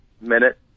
minute